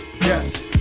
Yes